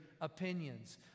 opinions